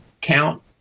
count